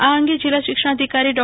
આ અંગે જિલ્લા શિક્ષણ અધિકારી ડો